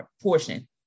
portion